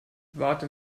warte